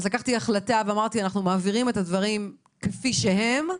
אז לקחתי החלטה ואמרתי שאנחנו מעבירים את הדברים כפי שהם,